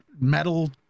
metal